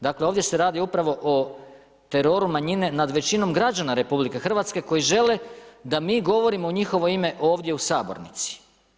Dakle ovdje se radi upravo o teroru manjine nad većinom građana RH koji žele da mi govorimo u njihovo ime ovdje u sabornici.